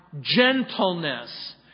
gentleness